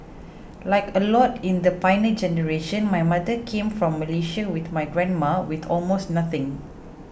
like a lot in the Pioneer Generation my mother came from Malaysia with my grandma with almost nothing